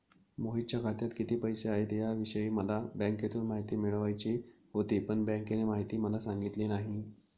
मोहितच्या खात्यात किती पैसे आहेत याविषयी मला बँकेतून माहिती मिळवायची होती, पण बँकेने माहिती मला सांगितली नाही